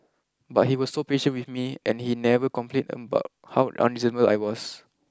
but he was so patient with me and he never complained about how unreasonable I was